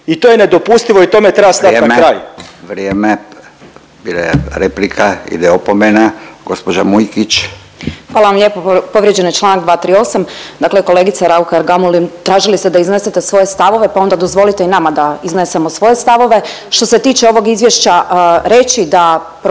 i to je nedopustivo i tome treba stat na kraj. **Radin, Furio (Nezavisni)** Vrijeme, vrijeme. Bila je replika, ide opomena. Gđa. Mujkić. **Mujkić, Ivana (DP)** Hvala vam lijepo. Povrijeđen je čl. 238.. Dakle kolegice Raukar-Gamulin, tražili ste da iznesete svoje stavove, pa onda dozvolite i nama da iznesemo svoje stavove. Što se tiče ovog izvješća reći da